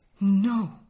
No